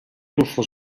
tuffo